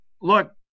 Look